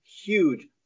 huge